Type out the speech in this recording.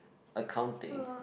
accounting